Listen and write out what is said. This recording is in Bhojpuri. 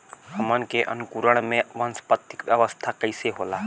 हमन के अंकुरण में वानस्पतिक अवस्था कइसे होला?